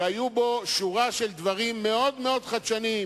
שהיתה בו שורה של דברים מאוד חדשניים,